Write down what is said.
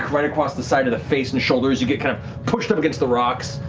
right across the side of the face and shoulder as you get kind of pushed up against the rocks,